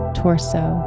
torso